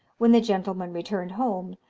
when the gentleman returned home,